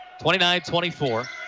29-24